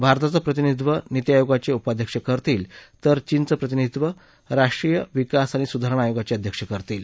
भारताचं प्रतिनिधित्व नीति आयोगाचे उपाध्यक्ष करतील तर चीनचं प्रतिनिधित्व राष्ट्रीय विकास आणि सुधारणा आयोगाचे अध्यक्ष करतील